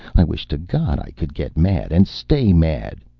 i wish to god i could get mad and stay mad,